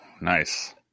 nice